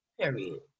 Period